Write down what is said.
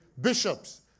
Bishops